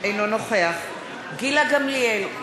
אינו נוכח גילה גמליאל,